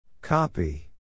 Copy